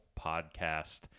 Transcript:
Podcast